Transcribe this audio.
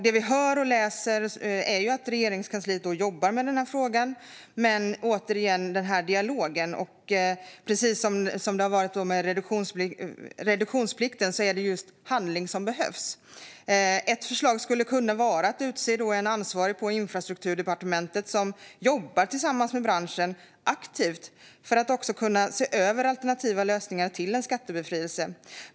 Det vi hör och läser är att Regeringskansliet jobbar med denna fråga, men jag tänker återigen på dialogen. Precis som när det gäller reduktionsplikten är det just handling som behövs. Ett förslag skulle kunna vara att man utser en ansvarig på Infrastrukturdepartementet som aktivt jobbar tillsammans med branschen för att se över alternativa lösningar till en skattebefrielse.